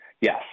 yes